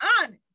honest